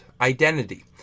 Identity